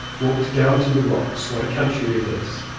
walked down to the rocks. what a country it is!